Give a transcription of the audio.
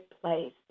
place